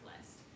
list